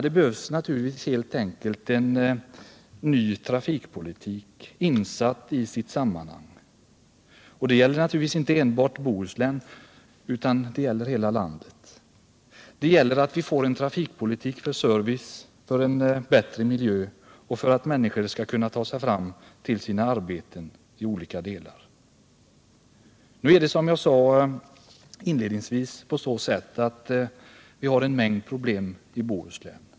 Det behövs naturligtvis helt enkelt en ny trafikpolitik, insatt i sitt sammanhang. Och det gäller inte enbart Bohuslän utan hela landet. Vi måste få en trafikpolitik för service, för en bättre miljö och för att människor skall kunna ta sig fram till sina arbeten. Som jag sade inledningsvis har vi en mängd problem i Bohuslän.